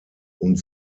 und